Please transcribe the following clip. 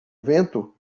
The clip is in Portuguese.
vento